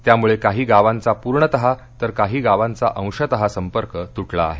त्यामुळे काही गावांचा पूर्णतः तर काही गावांचा अंशतः संपर्क तू का आहे